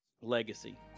legacy